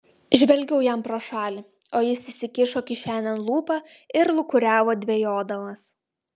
žvelgiau jam pro šalį o jis įsikišo kišenėn lupą ir lūkuriavo dvejodamas